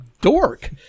dork